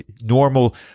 Normal